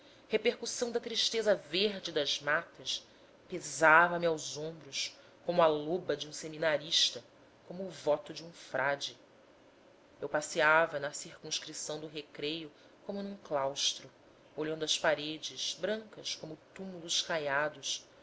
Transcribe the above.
repercussão da tristeza verde das matas pesava me aos ombros como a loba de um seminarista como o voto de um frade eu passeava na circunscrição do recreio como num claustro olhando as paredes brancas como túmulos caiados